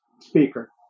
speaker